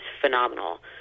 phenomenal